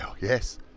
yes